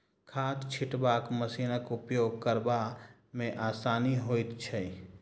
खाद छिटबाक मशीनक उपयोग करबा मे आसानी होइत छै